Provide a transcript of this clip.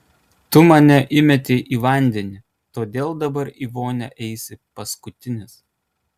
tu mane įmetei į vandenį todėl dabar į vonią eisi paskutinis